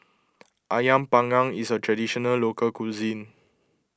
Ayam Panggang is a Traditional Local Cuisine